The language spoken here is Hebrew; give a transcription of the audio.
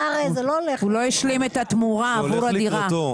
הוא לא השלים את התמורה עבור הדירה.